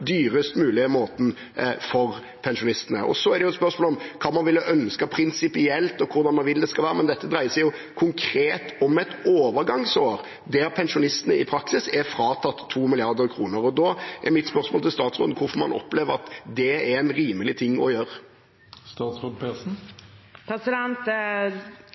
dyrest mulig måte for pensjonistene. Og så er spørsmålet hva man ville ønsket prinsipielt, og hvordan man vil det skal være. Men dette dreier seg konkret om et overgangsår der pensjonistene i praksis er fratatt 2 mrd. kr. Da er mitt spørsmål til statsråden: Hvorfor opplever man at det er en rimelig ting å gjøre?